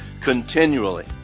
continually